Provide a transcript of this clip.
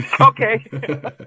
Okay